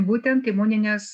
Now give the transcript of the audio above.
būtent imuninės